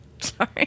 Sorry